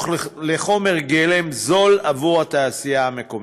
לחומר גלם זול בעבור התעשייה המקומית.